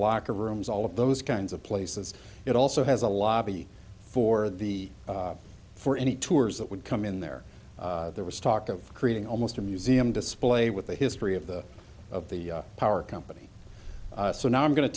locker rooms all of those kinds of places it also has a lobby for the for any tours that would come in there there was talk of creating almost a museum display with the history of the of the power company so now i'm going to